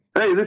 Hey